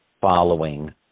following